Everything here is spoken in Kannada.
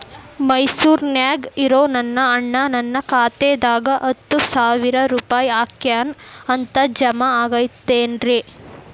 ಮೈಸೂರ್ ನ್ಯಾಗ್ ಇರೋ ನನ್ನ ಅಣ್ಣ ನನ್ನ ಖಾತೆದಾಗ್ ಹತ್ತು ಸಾವಿರ ರೂಪಾಯಿ ಹಾಕ್ಯಾನ್ ಅಂತ, ಜಮಾ ಆಗೈತೇನ್ರೇ?